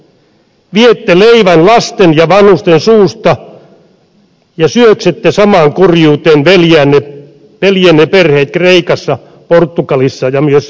viette leivän lasten ja vanhusten suusta ja syöksette samaan kurjuuteen veljienne perheet kreikassa portugalissa ja myös espanjassa